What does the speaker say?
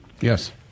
Yes